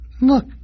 Look